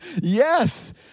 Yes